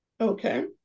Okay